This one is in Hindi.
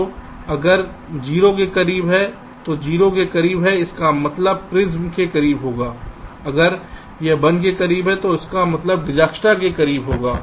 तो अगर यह 0 के करीब है तो 0 के करीब है इसका मतलब प्रिमस के करीब होगा अगर यह 1 के करीब है तो इसका मतलब है कि यह डीजेकस्ट्रा के करीब होगा